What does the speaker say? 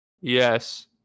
yes